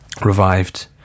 revived